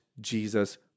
Jesus